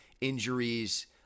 injuries